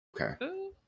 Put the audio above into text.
Okay